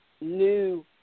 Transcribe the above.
new